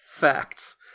facts